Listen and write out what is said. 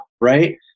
right